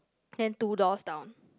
then two doors down